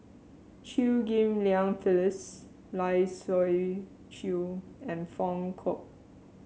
Chew Ghim Lian Phyllis Lai Siu Chiu and Foong kook